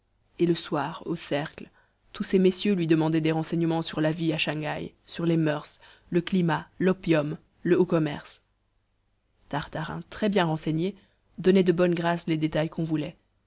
et le soir au cercle tous ces messieurs lui demandaient des renseignements sur la vie à shang haï sur les moeurs le climat l'opium le haut commerce tartarin très bien renseigné donnait de bonne grâce les détails qu'on voulait